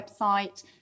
website